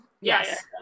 Yes